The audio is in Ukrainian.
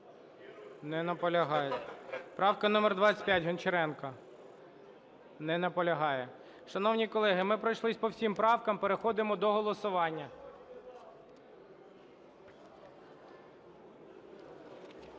Не наполягає. Правка номер 25, Гончаренко. Не наполягає. Шановні колеги, ми пройшлись по всім правкам. Переходимо до голосування.